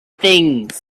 things